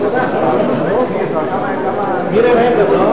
חברת הכנסת מירי רגב,